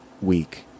week